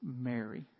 Mary